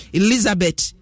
elizabeth